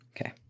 Okay